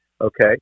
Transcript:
Okay